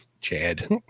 Chad